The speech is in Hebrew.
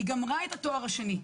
היא גמרה את התואר השני,